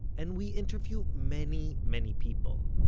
and we interview many many people,